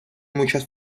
muchas